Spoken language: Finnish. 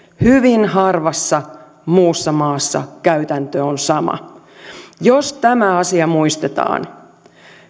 hyvin harvassa muussa maassa käytäntö on sama jos tämä asia muistetaan